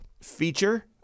feature